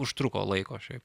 užtruko laiko šiaip